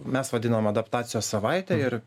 mes vadinam adaptacijos savaite ir